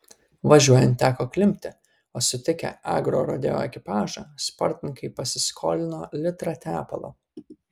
važiuojant teko klimpti o sutikę agrorodeo ekipažą sportininkai pasiskolino litrą tepalo